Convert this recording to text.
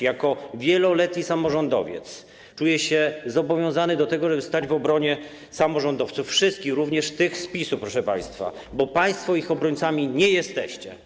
Jako wieloletni samorządowiec czuję się zobowiązany do tego, żeby stanąć w obronie samorządowców, wszystkich, również z tych z PiS-u, proszę państwa, bo państwo ich obrońcami nie jesteście.